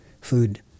food